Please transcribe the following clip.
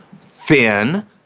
thin